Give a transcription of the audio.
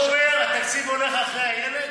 הוא אומר: התקציב הולך אחרי הילד,